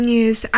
News